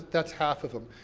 that's half of them.